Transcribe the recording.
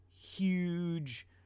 Huge